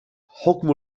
حكم